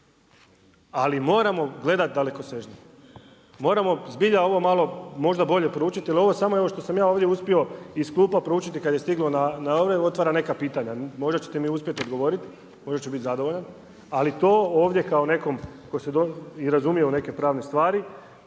Ali moramo gledati dalekosežnije. Moramo zbilja ovo malo možda bolje proučiti, jer ovo samo evo što sam ja ovdje upio iz klupa proučiti kad je stiglo …/Govornik se ne razumije./… otvara neka pitanja. Možda ćete mi uspjeti odgovoriti, možda ću biti zadovoljan, ali to ovdje kao nekom, koji se, i razumije u neke pravne stvari,